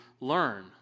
learn